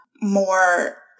more